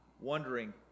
wondering